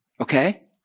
Okay